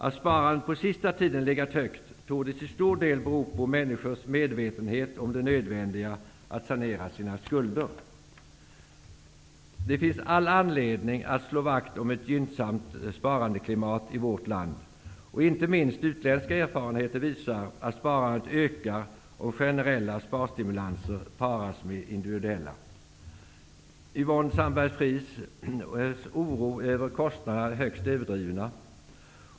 Att sparandet under den senaste tiden legat högt, torde till stor del bero på människors medvetenhet om det nödvändiga i att sanera sina skulder. Det finns all anledning att slå vakt om ett gynnsamt sparandeklimat i vårt land. Inte minst utländska erfarenheter visar att sparandet ökar om generella sparstimulanser paras med individuella. Yvonne Sandberg-Fries oro över kostnaderna är högst överdriven.